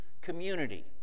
community